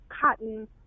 cotton